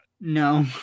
No